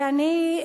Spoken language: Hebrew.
ואני,